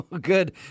Good